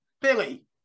Billy